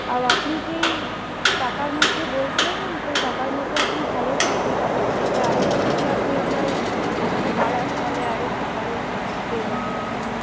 আর আপনি যে টাকার মধ্যে বলছেন সেই টাকার মধ্যে আপনি ভালোই সাইকেল পাবেন তবে আরেকটু যদি আপনি আপনার টাকাটা বাড়ান তাহলে আরেকটু ভালো পেয়ে যাবেন আর কি